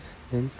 then